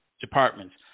departments